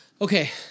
Okay